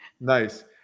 Nice